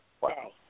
Wow